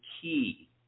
key